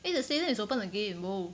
eh the stadium is open again !whoa!